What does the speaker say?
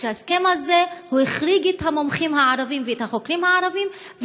וההסכם הזה החריג את המומחים הערבים ואת החוקרים הערבים,